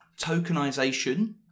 tokenization